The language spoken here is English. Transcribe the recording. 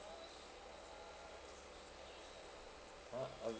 ha I'll